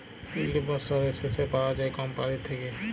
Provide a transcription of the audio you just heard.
yield বসরের শেষে পাউয়া যায় কম্পালির থ্যাইকে